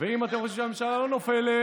ואם אתם חושבים שהממשלה לא נופלת,